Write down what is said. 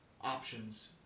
options